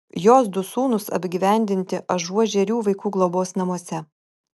jos du sūnūs apgyvendinti ažuožerių vaikų globos namuose